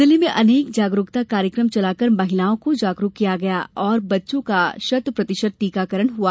जिले में अनेक जागरुकता कार्यकम चलाकर महिलाओं को जागरुक किया गया जिसके चलते बच्चों का शत प्रतिशत टीकाकरण हुआ